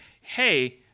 Hey